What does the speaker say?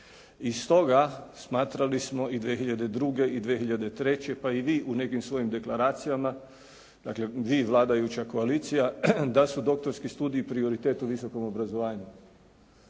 I stoga, smatrali smo i 2002. i 2003., pa i vi u nekim svojim deklaracijama, dakle, vi vladajuća koalicija da su doktorski studiji prioritet u visokom obrazovanju.